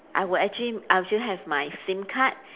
I will actually I'll just have my S_I_M card